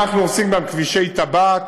אנחנו עושים גם כבישי טבעת.